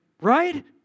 right